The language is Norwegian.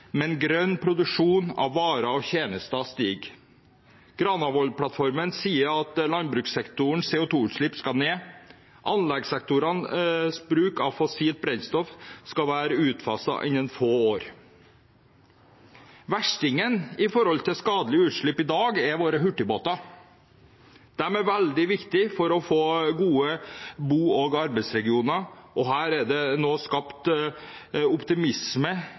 men den grønne produksjonen av varer og tjenester stiger. Granavolden-plattformen sier at landbrukssektorens CO2-utslipp skal ned. Anleggssektorens bruk av fossilt brennstoff skal være utfaset innen få år. Verstingen når det gjelder skadelige utslipp i dag, er våre hurtigbåter. De er veldig viktige for å få gode bo- og arbeidsregioner. Her er det nå skapt optimisme